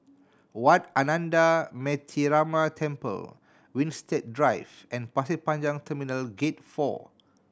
Wat Ananda Metyarama Temple Winstedt Drive and Pasir Panjang Terminal Gate Four